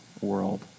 world